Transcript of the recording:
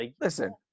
Listen